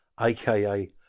aka